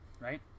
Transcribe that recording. right